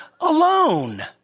alone